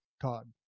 todd